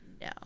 No